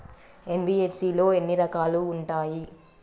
NBFC లో ఎన్ని రకాలు ఉంటాయి?